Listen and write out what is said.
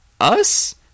Us